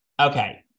Okay